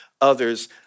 others